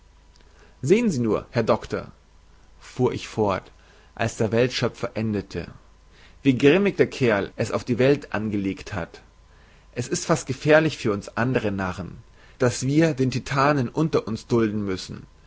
sehen sie nur herr doktor fuhr ich fort als der weltschöpfer endete wie grimmig der kerl es auf die welt angelegt hat es ist fast gefährlich für uns andere narren daß wir den titanen unter uns dulden müssen